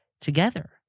together